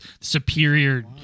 superior